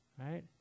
right